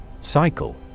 Cycle